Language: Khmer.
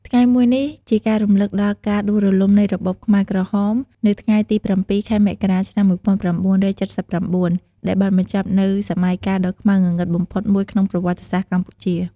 ថ្ងៃមួយនេះជាការរំលឹកដល់ការដួលរលំនៃរបបខ្មែរក្រហម នៅថ្ងៃទី៧ ខែមករា ឆ្នាំ១៩៧៩ ដែលបានបញ្ចប់នូវសម័យកាលដ៏ខ្មៅងងឹតបំផុតមួយក្នុងប្រវត្តិសាស្ត្រកម្ពុជា។